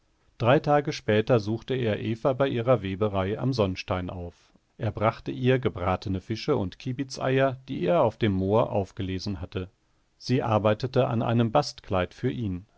drei tage später suchte er eva bei ihrer weberei am sonnstein auf er brachte ihr gebratene fische und kiebitzeier die er auf dem moor aufgelesen hatte sie arbeitete an einem bastkleid für ihn